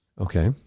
Okay